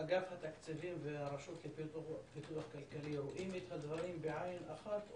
אגף התקציבים והרשות לפיתוח כלכלי רואים את הדברים בעין אחת,